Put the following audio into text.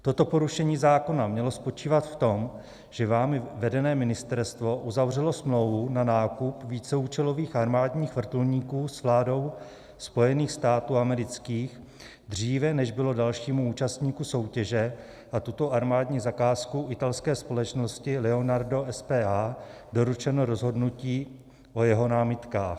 Toto porušení zákona mělo spočívat v tom, že vámi vedené ministerstvo uzavřelo smlouvu na nákup víceúčelových armádních vrtulníků s vládou Spojených států amerických dříve, než bylo dalšímu účastníku soutěže na tuto armádní zakázku, italské společnosti Leonardo SpA, doručeno rozhodnutí o jeho námitkách.